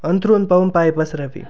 अंथरूण पाहून पाय पसरावे